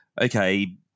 okay